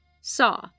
saw